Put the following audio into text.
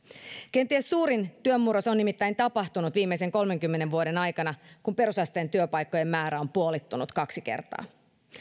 kenties suurin työn murros on nimittäin tapahtunut viimeisen kolmenkymmenen vuoden aikana kun perusasteen työpaikkojen määrä on puolittunut kaksi kertaa